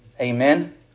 Amen